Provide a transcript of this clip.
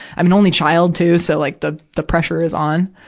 i'm an only child, too, so, like, the, the pressure is on.